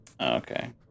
Okay